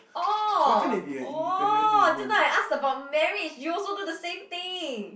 orh orh just now I asked about marriage you also do the same thing